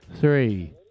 three